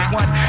one